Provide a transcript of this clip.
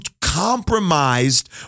compromised